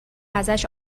ازش